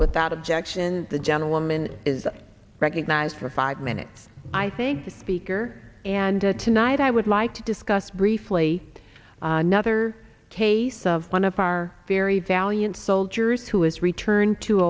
without objection the gentleman is recognized for five minutes i think the speaker and tonight i would like to discuss briefly another case of one of our very valiant soldiers who has returned to